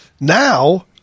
Now